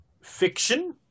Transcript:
fiction